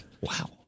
Wow